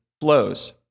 flows